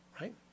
right